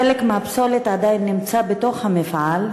חלק מהפסולת עדיין נמצא בתוך המפעל,